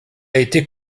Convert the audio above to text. été